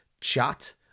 chat